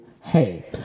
hey